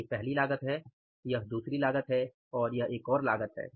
ये पहली लागत है यह दूसरी लागत है और यह एक और लागत है